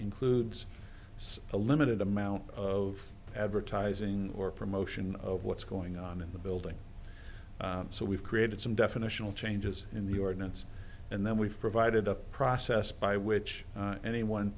includes a limited amount of advertising or promotion of what's going on in the building so we've created some definitional changes in the ordinance and then we've provided a process by which anyone